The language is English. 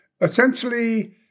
Essentially